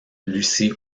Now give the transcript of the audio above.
lucie